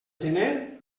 gener